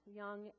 young